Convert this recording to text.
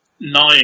nine